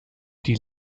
die